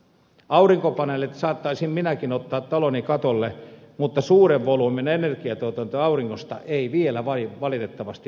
aurinkopaneelit saattaisin minäkin ottaa taloni katolle mutta suuren volyymin energiantuotantoa auringosta ei vielä valitettavasti voida saada